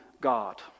God